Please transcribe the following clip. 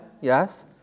yes